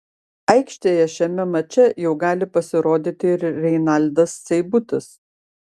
aikštėje šiame mače jau gali pasirodyti ir renaldas seibutis